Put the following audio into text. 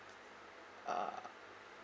ah